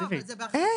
אבל איך?